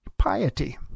piety